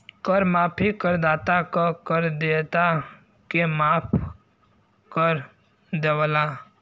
कर माफी करदाता क कर देयता के माफ कर देवला